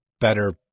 better